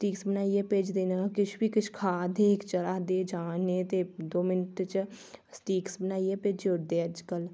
streaks बनाइयै भेजदे न किश बी किश खा दे चला दे जा करने ते दो मिन्ट च स्ट्रीक्स बनाइयै भेजी ओड़दे अजकल